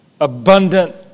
abundant